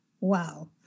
wow